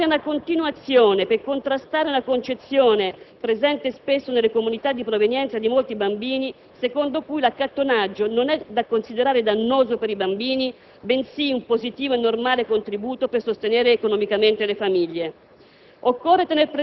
è necessaria una continua azione per contrastare una concezione, presente spesso nelle comunità di provenienza di molte bambine e bambini, secondo cui l'accattonaggio non è da considerare dannoso per i bambini, bensì un positivo e normale contributo per sostenere economicamente le famiglie;